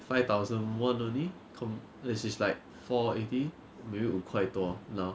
five thousand won only com~ which is like four eighty maybe 五快多 now